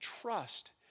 trust